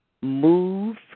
move